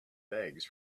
bags